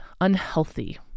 unhealthy